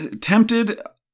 tempted